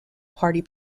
party